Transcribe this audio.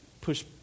push